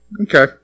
Okay